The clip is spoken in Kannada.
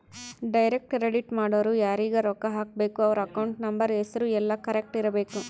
ಡೈರೆಕ್ಟ್ ಕ್ರೆಡಿಟ್ ಮಾಡೊರು ಯಾರೀಗ ರೊಕ್ಕ ಹಾಕಬೇಕು ಅವ್ರ ಅಕೌಂಟ್ ನಂಬರ್ ಹೆಸರು ಯೆಲ್ಲ ಕರೆಕ್ಟ್ ಇರಬೇಕು